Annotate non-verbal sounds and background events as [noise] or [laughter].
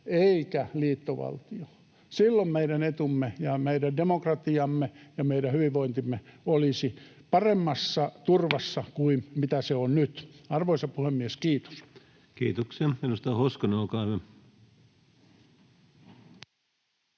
eikä liittovaltio. Silloin meidän etumme ja meidän demokratiamme ja meidän hyvinvointimme olisi paremmassa turvassa [noise] kuin mitä se on nyt. — Arvoisa puhemies, kiitos. [Speech 54] Speaker: Ensimmäinen